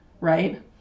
right